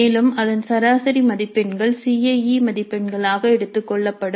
மேலும் அதன் சராசரி மதிப்பெண்கள் சி ஐ இ மதிப்பெண்களாக எடுத்துக்கொள்ளப்படும்